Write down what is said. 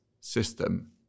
system